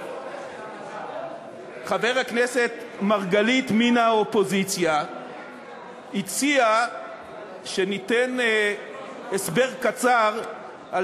חבר הכנסת מרגלית מן האופוזיציה הציע שניתן הסבר קצר על